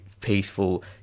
peaceful